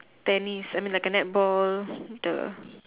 tennis I mean like a netball the